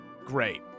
Great